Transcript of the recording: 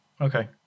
okay